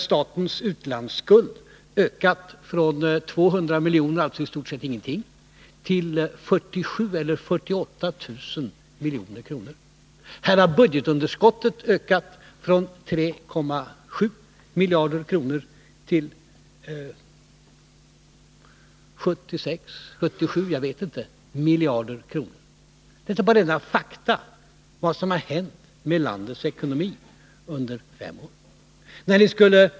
Statens utlandsskuld har ökat från 200 milj.kr. — alltså i stort sett ingenting — till 47 000 eller 48 000 milj.kr. Budgetunderskottet har ökat från 3,7 miljarder kronor till 76 eller 77 miljarder kronor — jag vet inte exakt. Detta är bara rena fakta, vad som har hänt med landets ekonomi under fem år.